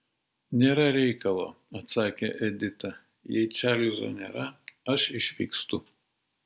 nėra reikalo atsakė edita jei čarlzo nėra aš išvykstu